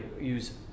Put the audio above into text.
use